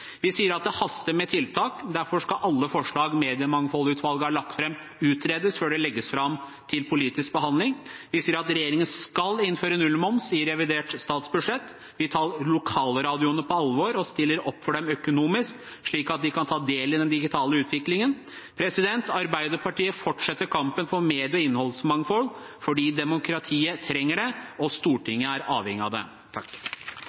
Vi sier at det haster med tiltak. Derfor skal alle forslag som Mediemangfoldsutvalget har lagt fram, utredes før det legges fram til politisk behandling. Vi sier at regjeringen skal innføre nullmoms i revidert statsbudsjett. Vi tar lokalradioene på alvor og stiller opp for dem økonomisk, slik at de kan ta del i den digitale utviklingen. Arbeiderpartiet fortsetter kampen for medie- og innholdsmangfold fordi demokratiet trenger det og